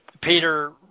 Peter